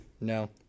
No